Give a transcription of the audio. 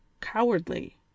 cowardly